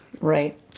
right